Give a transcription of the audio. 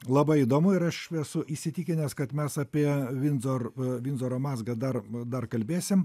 labai įdomu ir aš esu įsitikinęs kad mes apie vindzor vindzoro mazgą dar dar kalbėsim